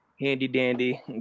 Handy-dandy